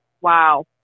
Wow